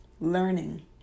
learning